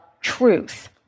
truth